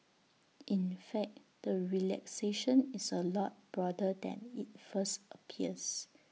in fact the relaxation is A lot broader than IT first appears